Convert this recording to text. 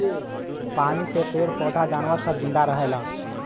पानी से पेड़ पौधा जानवर सब जिन्दा रहेले